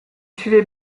suivez